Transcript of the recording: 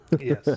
Yes